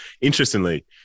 Interestingly